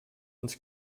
uns